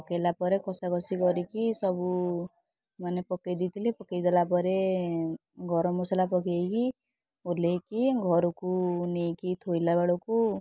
ପକେଇଲା ପରେ କଷା କଷି କରିକି ସବୁ ମାନେ ପକେଇ ଦେଇଥିଲି ପକେଇ ଦେଲା ପରେ ଗରମ ମସଲା ପକେଇକି ଓହ୍ଲେଇକି ଘରକୁ ନେଇକି ଥୋଇଲା ବେଳକୁ